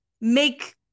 make